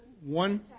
One